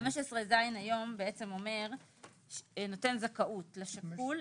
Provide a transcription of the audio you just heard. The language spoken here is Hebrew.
15ז היום בעצם נותן זכאות: 15ז (ד) לשכול,